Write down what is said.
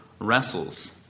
wrestles